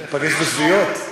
ניפגש בשביעיות?